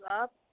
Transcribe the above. up